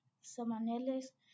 semanales